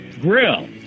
grill